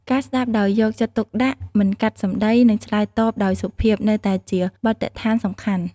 ការ ស្ដាប់ដោយយកចិត្តទុកដាក់ មិនកាត់សម្ដី និងឆ្លើយតបដោយសុភាព នៅតែជាបទដ្ឋានសំខាន់។